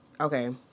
okay